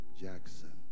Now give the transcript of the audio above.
Jackson